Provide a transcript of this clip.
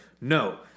no